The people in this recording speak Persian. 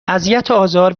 اذیتوآزار